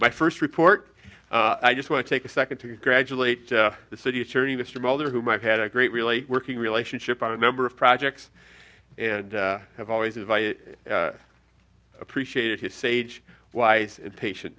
my first report i just want to take a second to graduate to the city attorney mr molder whom i've had a great really working relationship on a number of projects and i have always if i appreciated his sage wise patient